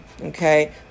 Okay